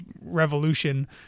revolution